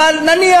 אבל נניח,